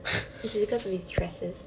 it's because of his tresses